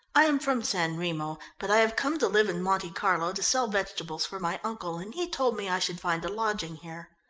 i am from san remo, but i have come to live in monte carlo to sell vegetables for my uncle, and he told me i should find a lodging here.